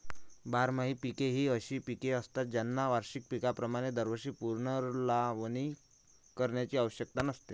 बारमाही पिके ही अशी पिके असतात ज्यांना वार्षिक पिकांप्रमाणे दरवर्षी पुनर्लावणी करण्याची आवश्यकता नसते